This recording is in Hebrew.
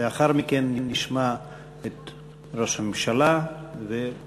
לאחר מכן נשמע את ראש הממשלה ואת